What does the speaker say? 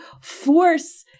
force